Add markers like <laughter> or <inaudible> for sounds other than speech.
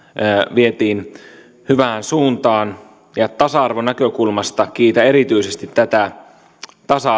vietiin hyvään suuntaan tasa arvonäkökulmasta kiitän erityisesti tästä tasa <unintelligible>